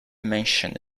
mentioned